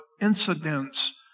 incidents